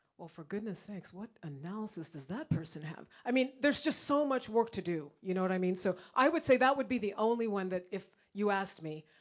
well for goodness sakes, what analysis does that person have? i mean there's just so much work to do, you know what i mean? so i would say that would be the only one that if you asked me,